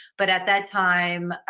but at that time,